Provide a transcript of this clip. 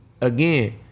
again